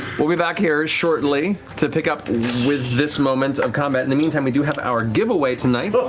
we'll be back here shortly to pick up with this moment of combat. in the meantime, we do have our giveaway tonight.